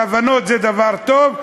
כוונות זה דבר טוב,